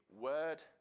word